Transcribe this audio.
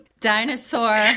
Dinosaur